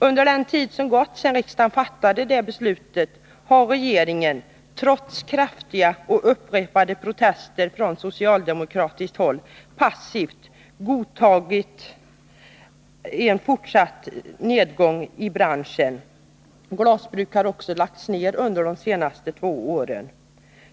Under den tid som gått sedan riksdagen fattade det beslutet har regeringen —trots kraftiga och upprepade protester från socialdemokratiskt håll — passivt godtagit en fortsatt nedgång i branschen. Bl. a. har under de två senaste åren glasbruk lagts ned.